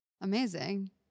Amazing